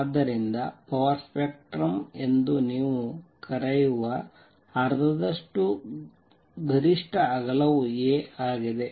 ಆದ್ದರಿಂದ power spectrum ಎಂದು ನೀವು ಕರೆಯುವ ಅರ್ಧದಷ್ಟು ಗರಿಷ್ಠ ಅಗಲವೂ A ಆಗಿದೆ